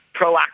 proactive